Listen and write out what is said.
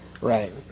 Right